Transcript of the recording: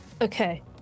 Okay